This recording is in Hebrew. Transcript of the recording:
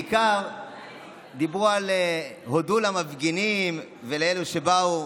הם בעיקר הודו למפגינים ולאלה שבאו.